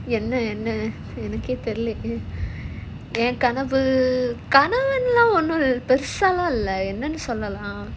என்ன என்ன எனக்கே தெரிலேயே என் கனவு கனவுலாம் ஒண்ணுமில்ல பெருசாலாம் இல்ல என்னானு சொல்லலாம்:enna enna enakae therilayae en kanavulaam onnumilla perusalaam illa ennaanu sollalaam